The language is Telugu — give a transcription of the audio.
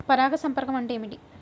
పరాగ సంపర్కం అంటే ఏమిటి?